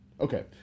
Okay